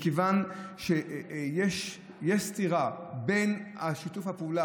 מכיוון שיש סתירה בין שיתוף הפעולה